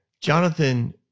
Jonathan